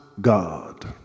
God